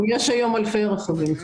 יש היום אלפי רכבים כאלה.